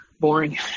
Boring